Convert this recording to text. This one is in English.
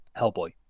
Hellboy